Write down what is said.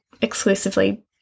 exclusively